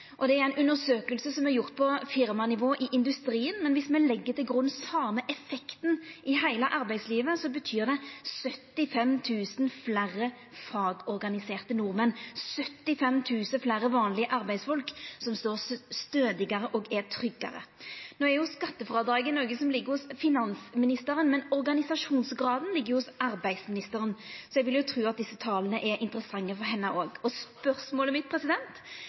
er ei undersøking som er gjord på firmanivå i industrien. Om me legg til grunn den same effekten i heile arbeidslivet, betyr det 75 000 fleire fagorganiserte nordmenn – 75 000 fleire vanlege arbeidsfolk som står stødigare og er tryggare. Skattefrådraget ligg hos finansministeren, og organisasjonsgraden ligg hos arbeidsministeren, så eg vil tru at desse tala er interessante for henne òg. Og spørsmålet mitt